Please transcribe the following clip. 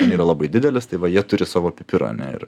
yra labai didelis tai va jie turi savo pipirą ar ne ir